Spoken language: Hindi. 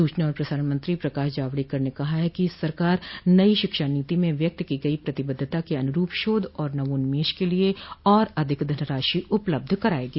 सूचना और प्रसारण मंत्री प्रकाश जावडकर ने कहा है कि सरकार नई शिक्षा नीति में व्यक्त की गई प्रतिबद्धता के अनुरूप शोध और नवोन्मेष के लिए और अधिक धनराशि उपलब्ध करायेगी